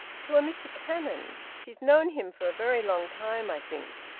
to a mr cannon. she's known him for a very long time, i think.